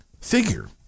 figure